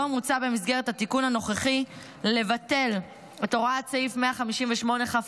לא מוצע במסגרת התיקון הנוכחי לבטל את הוראת סעיף 158כא(א)(2)